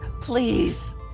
please